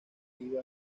iba